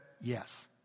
yes